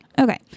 okay